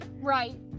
Right